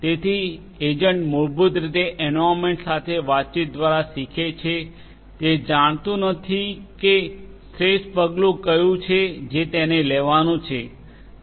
તેથી એજન્ટ મૂળભૂત રીતે એન્વાર્યન્મેન્ટ સાથે વાતચીત દ્વારા શીખે છે તે જાણતું નથી કે શ્રેષ્ઠ પગલું કયું છે જે તેને લેવાનું છે